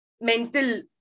mental